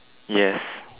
yes